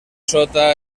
sota